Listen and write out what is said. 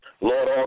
Lord